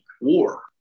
war